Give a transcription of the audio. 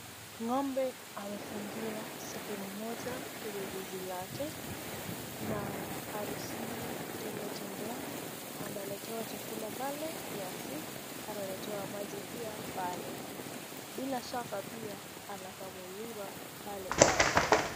Ng'ombe amefungiwa sehemu moja kwenye zizi lake na haruhusiwi kutembea tembea, analetewa chakula pale, nyasi, analetewa maji pia pale. Bila shaka pia anakamuliwa pale pale.